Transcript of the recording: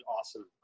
awesome